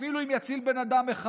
אפילו אם זה יציל בן אדם אחד.